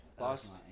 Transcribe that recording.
lost